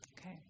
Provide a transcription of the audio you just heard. Okay